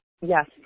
yes